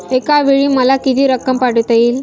एकावेळी मला किती रक्कम पाठविता येईल?